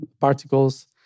particles